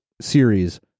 series